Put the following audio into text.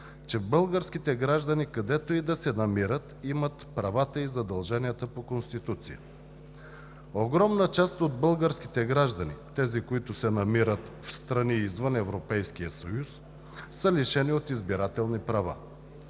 че българските граждани, където и да се намират, имат правата и задълженията по Конституция. Огромна част от българските граждани – тези, които се намират в страни извън Европейския съюз, са лишени от избирателни права.